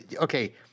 okay